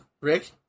Rick